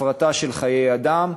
הפרטה של חיי אדם.